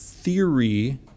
theory